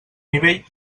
nivell